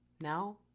Now